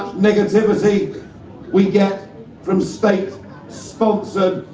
negativity we get from state sponsored